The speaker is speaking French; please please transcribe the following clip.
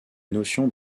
notions